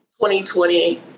2020